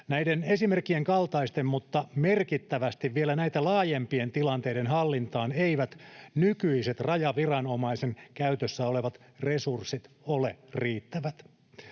Näiden esimerkkien kaltaisten mutta merkittävästi vielä näitä laajempien tilanteiden hallintaan eivät nykyiset rajaviranomaisen käytössä olevat resurssit ole riittävät.